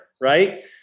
right